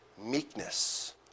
Meekness